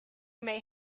may